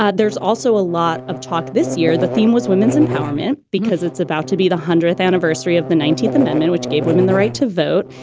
ah there's also a lot of talk this year. the theme was women's empowerment because it's about to be the one hundredth anniversary of the nineteenth amendment, which gave women the right to vote.